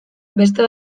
beste